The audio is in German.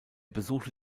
besuchte